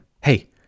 Hey